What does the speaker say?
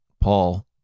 Paul